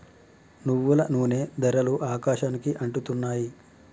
నువ్వుల నూనె ధరలు ఆకాశానికి అంటుతున్నాయి